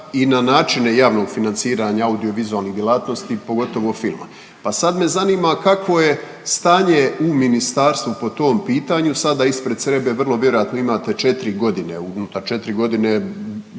i na načine javnog financiranja audiovizualnih djelatnosti, pogotovo filma. Pa sad me zanima kakvo je stanje u ministarstvu po tom pitanju, sada ispred sebe vrlo vjerojatno imate 4 godine unutar 4 godine